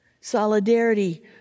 solidarity